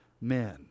men